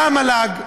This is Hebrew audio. באה המל"ג ואומרת,